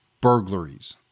burglaries